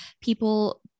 people